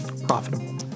profitable